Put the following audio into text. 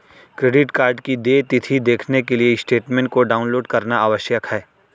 credit card की देय तिथी देखने के लिए स्टेटमेंट को डाउनलोड करना आवश्यक है